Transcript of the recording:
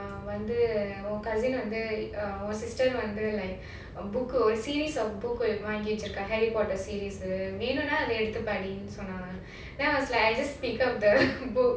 உங்க:unga cousin வந்து உங்க:vanthu unga sister வந்து:vandhu like book a series of book harry potter book series வாங்கி வச்சிருக்கேன்:vaangi vachirukkaen harry potter series வேண்டுமென்றால் எடுத்து படி:vendumendraal eduthu padi then I was like I just pick up the book